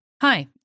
Hi